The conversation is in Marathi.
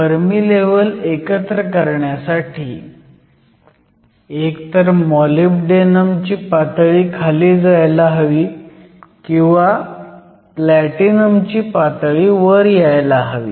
फर्मी लेव्हल एकत्र येण्यासाठी एक तर मॉलिब्डेनम ची पातळी खाली जायला हवी किंवा प्लॅटिनम ची पातळी वर यायला हवी